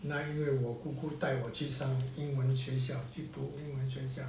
那因为我姑姑带我去上英文学校去读英文学校:na yin wei wo gu gu dai wo qu shang ying xue xiao qu du ying xue xiao